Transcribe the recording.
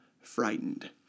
frightened